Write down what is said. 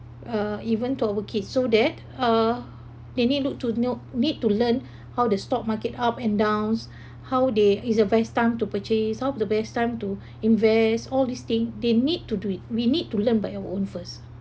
uh even to our kids so that uh they need look to no need to learn how the stock market up and downs how they is the best time to purchase how the best time to invest all this thing they need to do it we need to learn by our own first